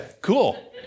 Cool